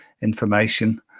information